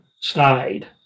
stayed